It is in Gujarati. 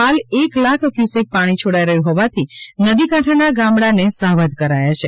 હાલ એક લાખ ક્યુસેક પાણી છોડાઈ રહ્યું હોવાથી નદી કાંઠા ના ગામડાને સાવધ કરાયા છે